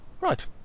right